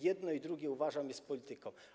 Jedno i drugie - uważam - jest polityką.